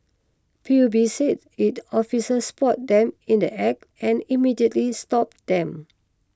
P U B said its officers spotted them in the Act and immediately stopped them